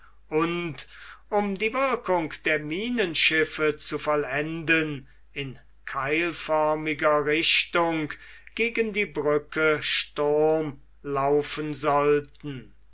und um die wirkung der minenschiffe zu vollenden in keilförmiger richtung gegen die brücke sturm laufen sollten